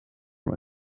from